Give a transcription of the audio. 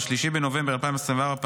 3 בנובמבר 2024,